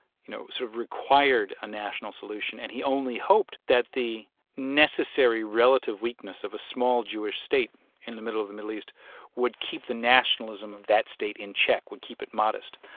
you know, sort of required a national solution, and he only hoped that the necessary relative weakness of a small jewish state in the middle of the middle east would keep the nationalism of that state in check, would keep it modest.